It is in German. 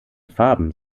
farben